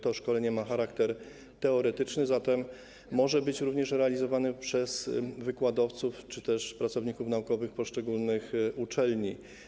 To szkolenie ma charakter teoretyczny, zatem może być również realizowane przez wykładowców czy też pracowników naukowych poszczególnych uczelni.